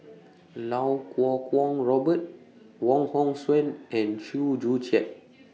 Lau Kuo Kwong Robert Wong Hong Suen and Chew Joo Chiat